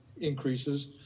increases